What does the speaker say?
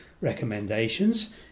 recommendations